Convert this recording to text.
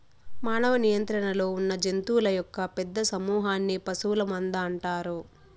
మానవ నియంత్రణలో ఉన్నజంతువుల యొక్క పెద్ద సమూహన్ని పశువుల మంద అంటారు